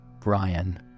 Brian